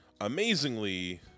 amazingly